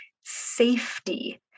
safety